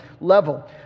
level